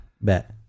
bet